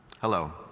Hello